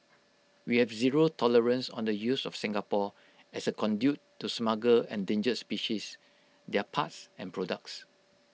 we have zero tolerance on the use of Singapore as A conduit to smuggle endangered species their parts and products